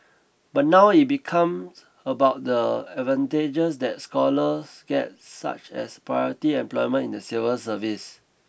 but now it's become about the advantages that scholars get such as priority employment in the civil service